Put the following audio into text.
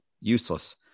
useless